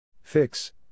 Fix